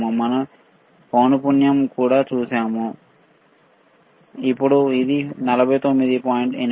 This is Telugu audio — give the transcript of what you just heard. మరియు మనం పౌనపున్యం కూడా చూశాము ఇప్పుడు అది 49